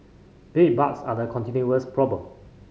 bedbugs are a continuous problem